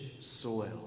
soil